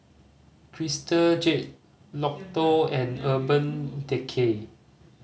Crystal Jade Lotto and Urban Decay